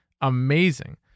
amazing